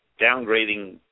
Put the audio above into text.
downgrading